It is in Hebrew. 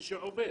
מי שעובד.